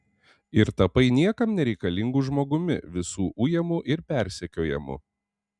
ir tapai niekam nereikalingu žmogumi visų ujamu ir persekiojamu